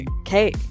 okay